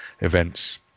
events